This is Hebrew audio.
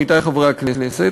עמיתי חברי הכנסת,